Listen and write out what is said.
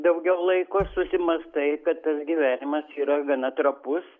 daugiau laiko susimąstai kad tas gyvenimas yra gana trapus